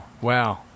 Wow